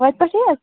وتہِ پٮ۪ٹھٕے حظ